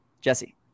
Jesse